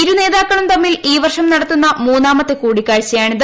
ഇരു നേതാക്കളും തമ്മിൽ ഈവർഷം നടത്തുന്ന മൂന്നാമത്തെ കൂടിക്കാഴ്ചയാണിത്